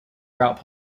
route